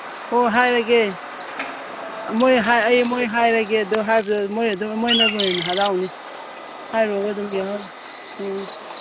ꯍꯣ ꯍꯥꯏꯔꯒꯦ ꯑꯩ ꯃꯣꯏ ꯍꯥꯏꯔꯒꯦ ꯑꯗꯨ ꯍꯥꯏꯕꯗ ꯃꯣꯏ ꯑꯗꯨꯝ ꯃꯣꯏꯅꯕꯨ ꯍꯦꯟꯅ ꯍꯔꯥꯎꯅꯤ ꯍꯥꯏꯔꯨꯒ ꯑꯗꯨꯝ ꯌꯥꯎꯍꯜꯂꯣ ꯑꯥ